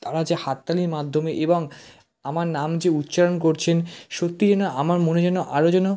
তারা যে হাততালির মাধ্যমে এবং আমার নাম যে উচ্চারণ করছেন সত্যিই যেন আমার মনে যেন আরও যেন